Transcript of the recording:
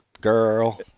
Girl